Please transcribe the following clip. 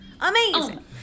Amazing